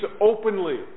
openly